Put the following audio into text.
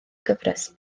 gyfres